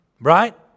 Right